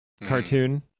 cartoon